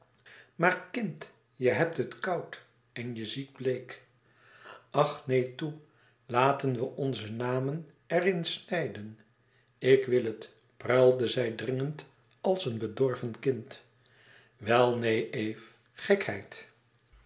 maar kind je hebt het koud en je ziet bleek ach neen toe laten we onze namen er in snijden ik wil het pruilde zij dringend als een bedorven kind wel neen eve gekheid